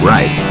Right